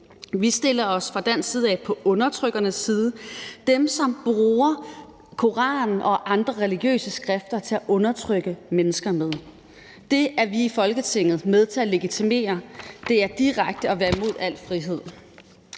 Vi stiller os fra dansk side på undertrykkernes side, altså dem, som bruger Koranen og andre religiøse skrifter til at undertrykke mennesker. Det er vi i Folketinget med til at legitimere. Det er direkte at være imod al frihed.